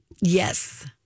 Yes